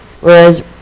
whereas